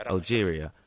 Algeria